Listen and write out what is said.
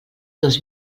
dos